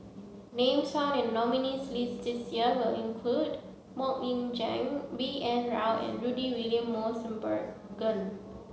names found in nominees' list this year will include Mok Ying Jang B N Rao and Rudy William Mosbergen